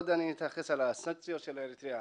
אני אתייחס לסנקציות על אריתריאה.